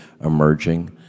emerging